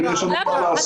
האם יש לנו עוד מה לעשות?